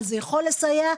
אבל זה יכול לסייע.